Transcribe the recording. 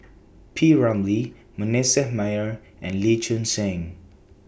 P Ramlee Manasseh Meyer and Lee Choon Seng